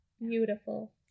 Beautiful